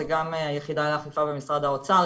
זה גם היחידה לאכיפה במשרד האוצר,